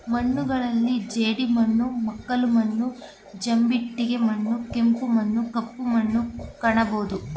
ಮಣ್ಣುಗಳಲ್ಲಿ ಜೇಡಿಮಣ್ಣು, ಮೆಕ್ಕಲು ಮಣ್ಣು, ಜಂಬಿಟ್ಟಿಗೆ ಮಣ್ಣು, ಕೆಂಪು ಮಣ್ಣು, ಕಪ್ಪು ಮಣ್ಣುನ್ನು ಕಾಣಬೋದು